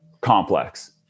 complex